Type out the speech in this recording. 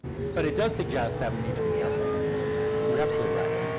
but it does suggest that we need to be careful about those sorts of things. you're absolutely right.